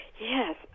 Yes